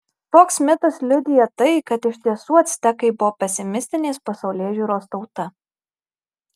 toks mitas liudija tai kad iš tiesų actekai buvo pesimistinės pasaulėžiūros tauta